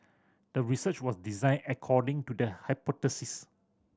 the research was designed according to the hypothesis